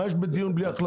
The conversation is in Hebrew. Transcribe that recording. מה יש בדיון בלי החלטות?